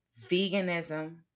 Veganism